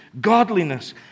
godliness